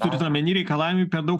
turit omeny reikalavimai per daug